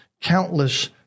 Countless